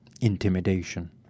intimidation